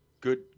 good